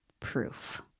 proof